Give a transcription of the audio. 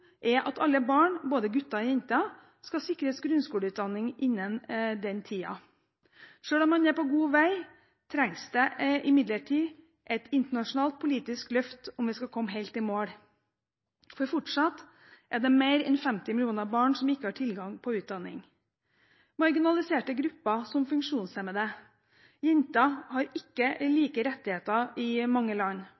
at alle barn, både gutter og jenter, skal sikres grunnskoleutdanning innen den tiden. Selv om man er på god vei, trengs det imidlertid et internasjonalt politisk løft om vi skal komme helt i mål, for fortsatt er det mer enn 50 millioner barn som ikke har tilgang på utdanning. Marginaliserte grupper som funksjonshemmede og jenter har ikke